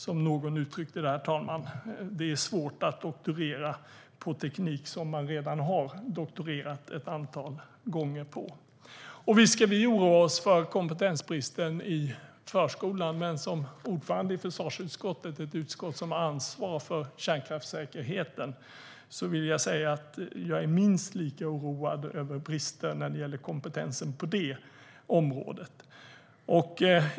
Som någon uttryckte det, herr talman: Det är svårt att doktorera på teknik som man redan har doktorerat ett antal gånger på. Visst ska vi oroa oss över kompetensbristen i förskolan. Men som ordförande i försvarsutskottet, ett utskott som har ansvar för kärnkraftssäkerheten, vill jag säga att jag är minst lika oroad över bristen på kompetens på detta område.